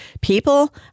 people